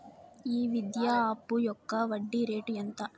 ఈ విద్యా అప్పు యొక్క వడ్డీ రేటు ఎంత?